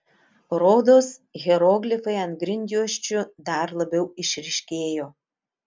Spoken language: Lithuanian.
rodos hieroglifai ant grindjuosčių dar labiau išryškėjo